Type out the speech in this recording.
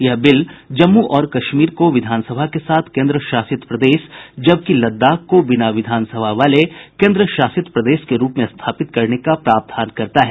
यह बिल जम्मू और कश्मीर को विधानसभा के साथ केन्द्र शासित प्रदेश जबकि लद्दाख को बिना विधानसभा वाले केन्द्र शासित प्रदेश के रूप में स्थापित करने का प्रावधान करता है